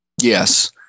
Yes